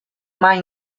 mai